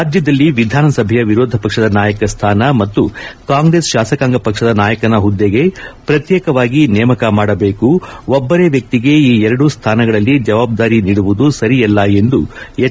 ರಾಜ್ಞದಲ್ಲಿ ವಿಧಾನಸಭೆಯ ವಿರೋಧ ಪಕ್ಷದ ನಾಯಕ ಸ್ವಾನ ಮತ್ತು ಕಾಂಗ್ರೆಸ್ ಶಾಸಕಾಂಗ ಪಕ್ಷದ ನಾಯಕನ ಹುದ್ದೆಗೆ ಶ್ರತ್ನೇಕವಾಗಿ ನೇಮಕ ಮಾಡಬೇಕು ಒಬ್ಬರೇ ವ್ಯಕ್ತಿಗೆ ಈ ಎರಡೂ ಸ್ಥಾನಗಳಲ್ಲಿ ಜವಾಬ್ದಾರಿ ನೀಡುವುದು ಸರಿಯಲ್ಲ ಎಂದು ಎಚ್